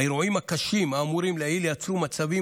האירועים הקשים האמורים לעיל יצרו מצבים